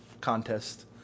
contest